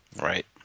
Right